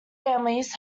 families